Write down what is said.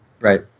right